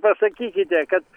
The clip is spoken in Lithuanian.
pasakykite kad